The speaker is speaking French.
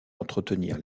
entretenir